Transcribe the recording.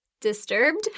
disturbed